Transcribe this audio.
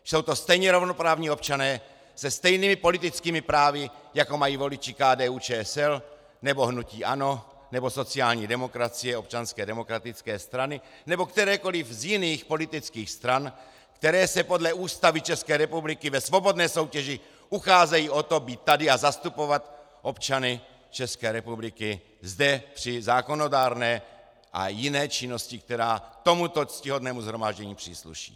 Jsou to stejně rovnoprávní občané se stejnými politickými právy, jako mají voliči KDUČSL nebo hnutí ANO nebo sociální demokracie, Občanské demokratické strany nebo kterékoliv z jiných politických stran, které se podle Ústavy České republiky ve svobodné soutěži ucházejí o to být tady a zastupovat občany České republiky zde při zákonodárné a jiné činnosti, která tomuto ctihodnému shromáždění přísluší.